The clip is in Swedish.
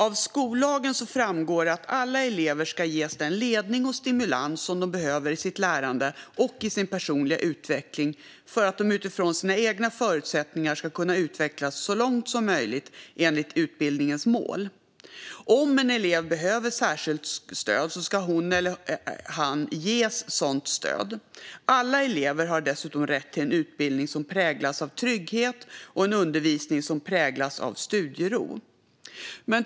Av skollagen framgår att alla elever ska ges den ledning och stimulans som de behöver i sitt lärande och i sin personliga utveckling för att de utifrån sina egna förutsättningar ska kunna utvecklas så långt som möjligt enligt utbildningens mål. Om en elev behöver särskilt stöd ska han eller hon ges sådant stöd. Alla elever har dessutom rätt till en utbildning som präglas av trygghet och en undervisning som präglas av studiero.